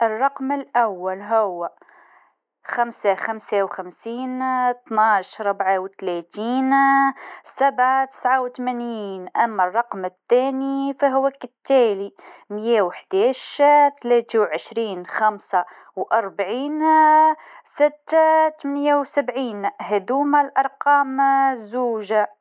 نجم نقول: ثلاثة وعشرون، ستة وخمسون، ثمانية وسبعون، اثنا عشر، أربعة وثلاثون، خمسة وستون، تسعون، واحد، سبعة وأربعون، اثنان وثمانون. هذي أرقام عشوائية، ونتمنى تكون مفيدة لك!